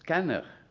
and